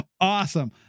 awesome